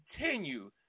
continue